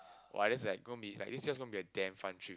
!wah! that's like going be like this is just going be a damn fun trip